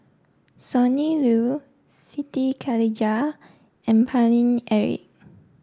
Sonny Liew Siti Khalijah and Paine Eric